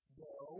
no